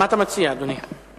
מה אתה מציע, אדוני?